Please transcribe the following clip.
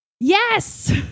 Yes